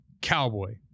cowboy